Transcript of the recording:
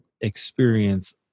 experience